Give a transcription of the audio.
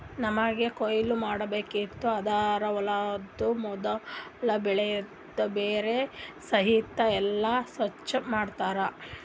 ನಮ್ಮಗ್ ಕೊಯ್ಲಿ ಮಾಡ್ಸಬೇಕಿತ್ತು ಅಂದುರ್ ಹೊಲದು ಮೊದುಲ್ ಬೆಳಿದು ಬೇರ ಸಹಿತ್ ಎಲ್ಲಾ ಸ್ವಚ್ ಮಾಡ್ತರ್